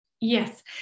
yes